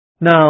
Now